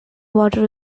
water